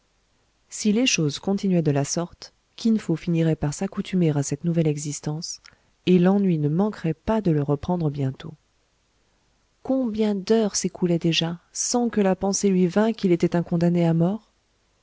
si les choses continuaient de la sorte kin fo finirait par s'accoutumer à cette nouvelle existence et l'ennui ne manquerait pas de le reprendre bientôt combien d'heures s'écoulaient déjà sans que la pensée lui vînt qu'il était un condamné à mort